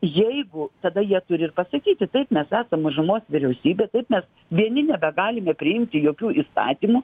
jeigu tada jie turi ir pasakyti taip mes esam mažumos vyriausybė taip mes vieni nebegalime priimti jokių įstatymų